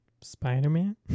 Spider-Man